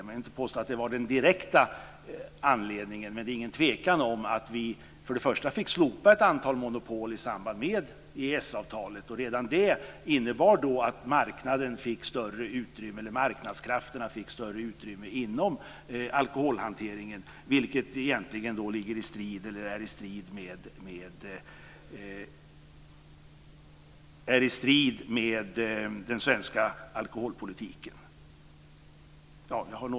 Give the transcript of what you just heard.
Jag vill inte påstå att det var den direkta anledningen, men det är ingen tvekan om att vi fick slopa ett antal monopol i samband med EES-avtalet. Redan det innebar att marknadskrafterna fick större utrymme inom alkoholhanteringen, vilket är i strid med den svenska alkoholpolitiken.